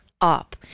up